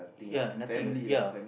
ya nothing ya